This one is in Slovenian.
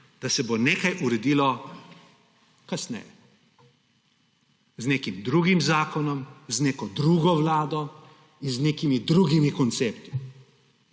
da se bo nekaj uredilo kasneje, z nekim drugim zakonom, z neko drugo vlado, z nekimi drugimi koncepti.